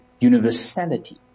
universality